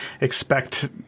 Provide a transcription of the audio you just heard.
Expect